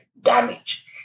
damage